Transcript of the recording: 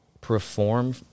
perform